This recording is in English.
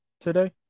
today